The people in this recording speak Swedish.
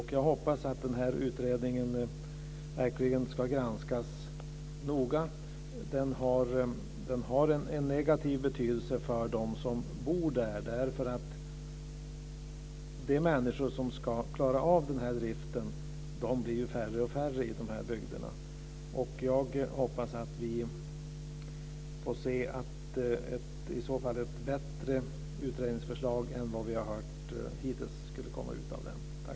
Jag hoppas att den pågående utredningen verkligen ska granskas noga. Den uppfattas negativt av de boende i området. De som ska klara väghållningen i de här bygderna blir färre och färre. Jag hoppas att vi får se ett bättre utredningsförslag än det som vi hittills har fått höra kommer att läggas fram.